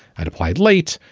and applied late,